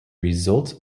result